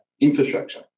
infrastructure